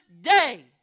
day